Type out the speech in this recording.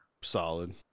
solid